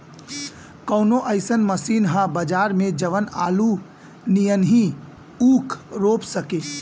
कवनो अइसन मशीन ह बजार में जवन आलू नियनही ऊख रोप सके?